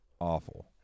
Awful